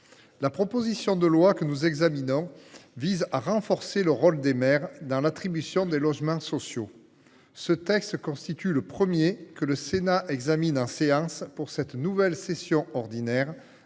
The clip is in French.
proposition de loi vise à renforcer le rôle des maires dans l’attribution des logements sociaux. Ce texte est le premier que le Sénat examine en séance au cours de cette nouvelle session ordinaire,